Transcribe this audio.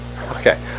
Okay